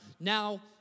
Now